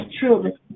children